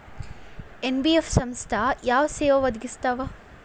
NBF ಸಂಸ್ಥಾ ಯಾವ ಸೇವಾ ಒದಗಿಸ್ತಾವ?